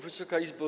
Wysoka Izbo!